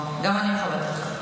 גם אני מכבדת אותך.